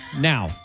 now